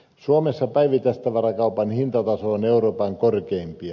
suomessa päivittäistavarakaupan hintataso on euroopan korkeimpia